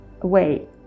away